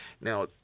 Now